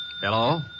Hello